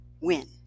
win